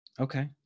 Okay